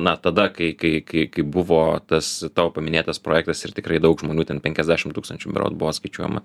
na tada kai kai kai kai buvo tas tavo paminėtas projektas ir tikrai daug žmonių ten penkiasdešim tūkstančių berods buvo skaičiuojama